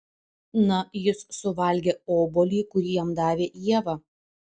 na jis suvalgė obuolį kurį jam davė ieva